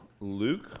Luke